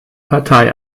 partei